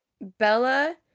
Bella